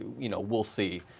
you know will see.